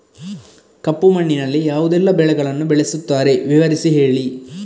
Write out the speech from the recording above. ಕಪ್ಪು ಮಣ್ಣಿನಲ್ಲಿ ಯಾವುದೆಲ್ಲ ಬೆಳೆಗಳನ್ನು ಬೆಳೆಸುತ್ತಾರೆ ವಿವರಿಸಿ ಹೇಳಿ